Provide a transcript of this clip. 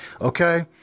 okay